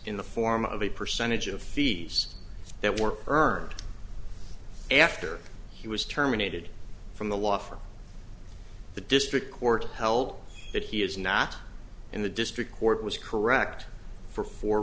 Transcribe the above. in the form of a percentage of fees that were earned after he was terminated from the law for the district court held that he is not in the district court was correct for fo